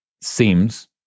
seems